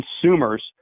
consumers